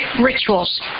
rituals